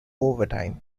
overtime